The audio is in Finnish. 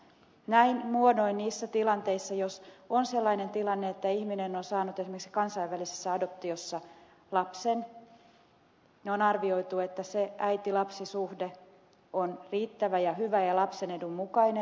näin muodoin niissä tilanteissa jos on sellainen tilanne että ihminen on saanut esimerkiksi kansainvälisessä adoptiossa lapsen on arvioitu että se äitilapsi suhde on riittävä ja hyvä ja lapsen edun mukainen